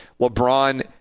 LeBron